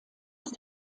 ist